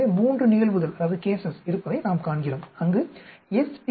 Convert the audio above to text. எனவே 3 நிகழ்வுகள் இருப்பதை நாம் காண்கிறோம் அங்கு எஸ்